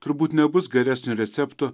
turbūt nebus geresnio recepto